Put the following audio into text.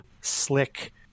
slick